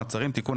מעצרים) (תיקון,